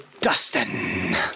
Dustin